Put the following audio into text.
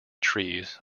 trees